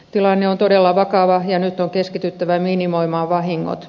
tilanne on todella vakava ja nyt on keskityttävä minimoimaan vahingot